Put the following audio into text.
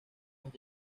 los